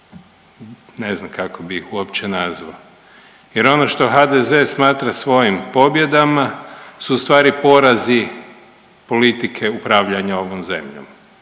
ne znam kako bi ih uopće nazvao jer ono što HDZ smatra svojim pobjedama su ustvari porazi politike upravljanja ovom zemljom.